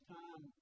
time